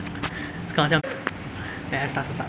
你有跟那个 andy 他们还有讲话吗:men hai you jiang hua ma